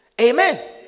Amen